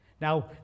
Now